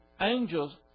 angels